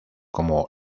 como